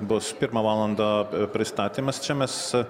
bus pirmą valandą pristatymas čia mes